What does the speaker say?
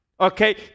okay